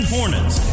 Hornets